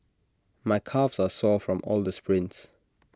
my calves are sore from all the sprints